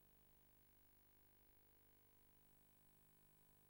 האגוזים: לילד שלי יש נכות בגלל הסיבה של האלרגיה.